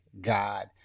God